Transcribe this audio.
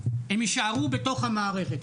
הם יישארו בתוך המערכת.